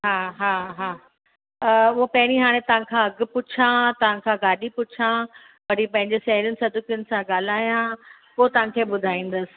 हा हा हा उहो पहिरीं हाणे तव्हां खां अघि पुछां तव्हां खां गाॾी पुछां वरी पंहिंजे साहेड़ियुनि सदस्यनि सां ॻाल्हायां पोइ तव्हांखे ॿुधाईंदसि